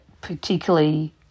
particularly